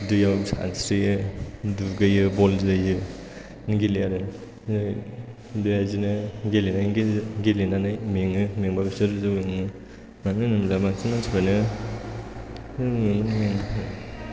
दैयाव सानस्रियो दुगैयो बल जोयो बिदिनो गेलेयो आरो बेबायदिनो गेलेनायनि गेजेरजों गेलेनानै मेङो मेंबा बिसोर जौ लोङो मानो होनोब्ला बांसिन मानसिफोरानो